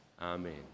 Amen